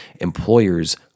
employers